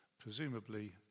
presumably